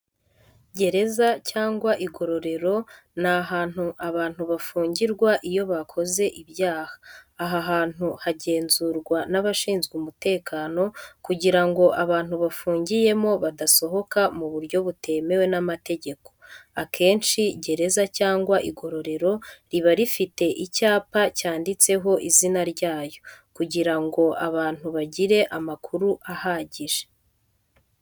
Gereza cyangwa igororero ni ahantu abantu bafungirwa iyo bakoze ibyaha. Aha hantu hagenzurwa n'abashinzwe umutekano kugira ngo abantu bafungiyemo badasohoka mu buryo butemewe n'amategeko. Akenshi gereza cyangwa igororero riba rifite icyapa cyanditseho izina ryaryo, kugira ngo abantu bagire amakuru ahagije.